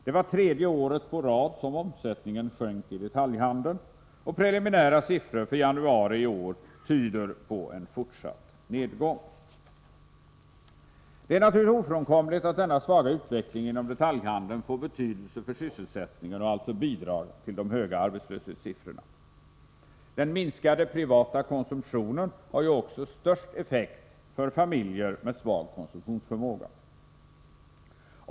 Det var tredje året på rad som omsättningen sjönk i detaljhandeln, och preliminära siffror för januari i år tyder på en fortsatt nedgång. Det är naturligtvis ofrånkomligt att denna svaga utveckling inom detaljhandeln får betydelse för sysselsättningen och alltså bidrar till de höga arbetslöshetsiffrorna. Den minskade privata konsumtionen har ju också störst effekt för familjer med svag konsumtionsförmåga.